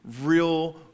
real